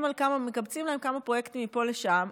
מקבצים להם כמה פרויקטים מפה לשם,